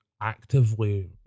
actively